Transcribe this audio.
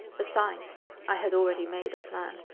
besides, i had already made a plan.